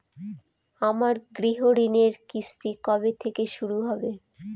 আমার গৃহঋণের কিস্তি কবে থেকে শুরু হবে?